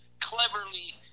cleverly